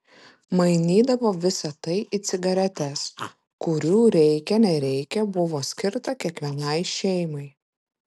mainydavo visa tai į cigaretes kurių reikia nereikia buvo skirta kiekvienai šeimai